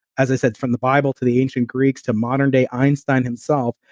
as i said, from the bible to the ancient greeks, to modern day einstein himself,